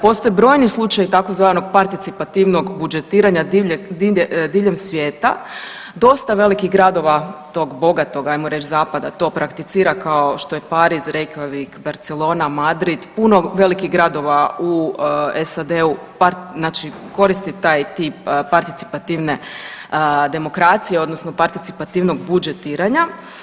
Postoje brojni slučajevi tzv. participativnog budžetiranja diljem svijeta, dosta velikih gradova tog bogatog ajmo reći zapada to prakticira kao što je Pariz, Reykjavik, Barcelona, Madrid, puno velikih gradova u SAD-u znači koriste taj tip participativne demokracije odnosno participativnog budžetiranja.